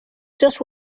just